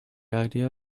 idea